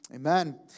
Amen